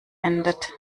endet